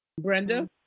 Brenda